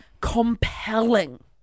compelling